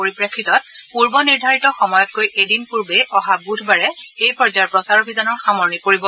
পৰিপ্ৰেক্ষিতত পূৰ্ব নিৰ্ধৰিত সময়তকৈ এদিন পূৰ্বেই অহা বুধবাৰে এই পৰ্যায়ৰ প্ৰচাৰ অভিযানৰ সামৰণি পৰিব